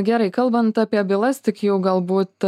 gerai kalbant apie bylas tik jau galbūt